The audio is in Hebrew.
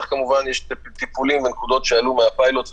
יש טיפולים בנקודות שעלו בפיילוט ויטופלו,